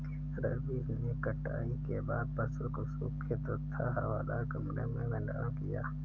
रवीश ने कटाई के बाद फसल को सूखे तथा हवादार कमरे में भंडारण किया